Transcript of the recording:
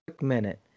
minute